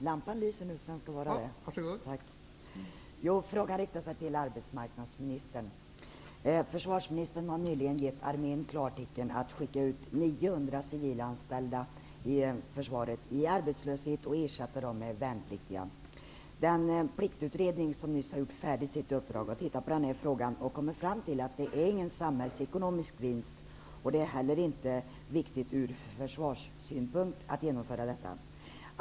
Fru talman! Min fråga riktar sig till arbetsmarknadsministern. Försvarsministern har nyligen gett armén klartecken att skicka ut 900 civilanställda i försvaret i arbetslöshet och i stället ersätta dem med värnpliktiga. Pliktutredningen som nyss har gjort färdigt sitt uppdrag har sett över den här frågan och kommit fram till att det inte leder till någon samhällsekonomisk vinst och att det inte heller är viktigt ur försvarssynpunkt att genomföra detta.